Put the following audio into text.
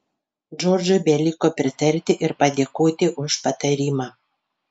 džordžui beliko pritarti ir padėkoti už patarimą